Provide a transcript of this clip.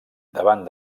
davant